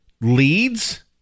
leads